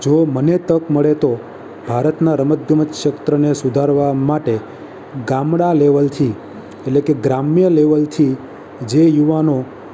જો મને તક મળે તો ભારતનાં રમત ગમત ક્ષેત્રને સુધારવા માટે ગામડાં લેવલથી એટલે કે ગ્રામ્ય લેવલથી જે યુવાનો